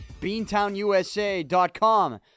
BeantownUSA.com